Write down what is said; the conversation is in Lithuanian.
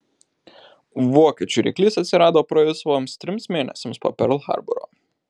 vokiečių ryklys atsirado praėjus vos trims mėnesiams po perl harboro